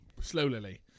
slowly